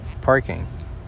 parking